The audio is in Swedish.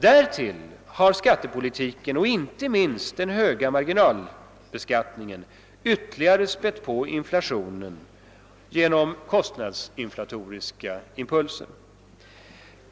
Därtill har skattepolitiken, och inte minst den höga marginalbeskattningen, ytterligare spätt på inflationen genom kostnadsinflatoriska impulser.